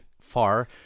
far